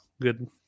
good